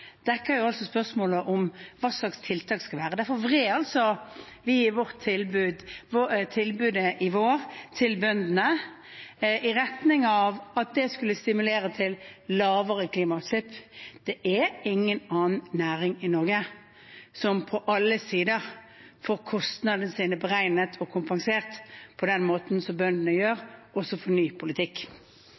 dekker altså spørsmålet om hva slags tiltak det skal være. Derfor vred vi vårt tilbud til bøndene i vår i retning av at det skulle stimulere til lavere klimautslipp. Det er ingen annen næring i Norge som på alle sider får kostnadene sine beregnet og kompensert på den måten som bøndene gjør, og så får ny politikk.